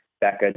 Becca